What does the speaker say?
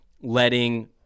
letting